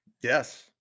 yes